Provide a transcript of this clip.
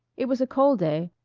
it was a cold day,